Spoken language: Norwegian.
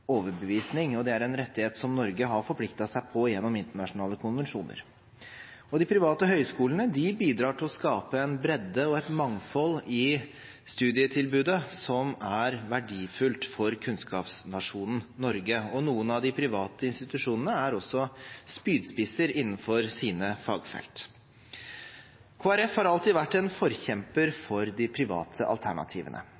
overbevisning. Det er en rettighet som Norge har forpliktet seg til gjennom internasjonale konvensjoner. De private høyskolene bidrar til å skape en bredde og et mangfold i studietilbudet som er verdifullt for kunnskapsnasjonen Norge. Noen av de private institusjonene er også spydspisser innenfor sine fagfelt. Kristelig Folkeparti har alltid vært en forkjemper